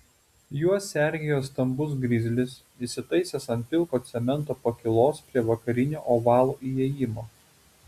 juos sergėjo stambus grizlis įsitaisęs ant pilko cemento pakylos prie vakarinio ovalo įėjimo